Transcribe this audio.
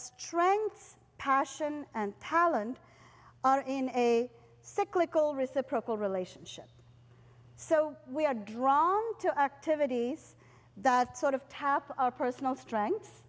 strengths passion and talent are in a cyclical reciprocal relationship so we are drawn to activities that sort of tap our personal strengths